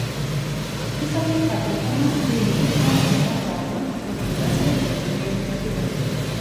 visa tai pateikiama bejausmio humoro forma kuri yra stebėtinai efektyvi